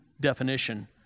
definition